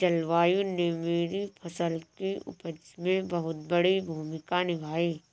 जलवायु ने मेरी फसल की उपज में बहुत बड़ी भूमिका निभाई